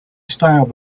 style